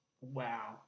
Wow